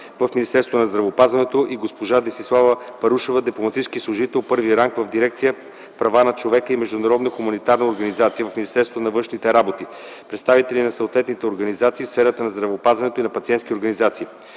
на здравеопазването, госпожа Десислава Парушева – дипломатически служител първи ранг в дирекция „Права на човека и международна хуманитарна организация” в Министерството на външните работи, представители на съсловните организации в сферата на здравеопазването и на пациентски организации.